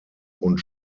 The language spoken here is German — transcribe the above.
und